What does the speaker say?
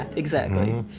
exactly,